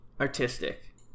artistic